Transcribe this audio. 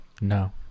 No